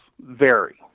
vary